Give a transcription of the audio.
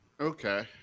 Okay